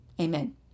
amen